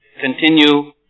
continue